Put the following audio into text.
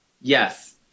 Yes